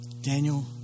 Daniel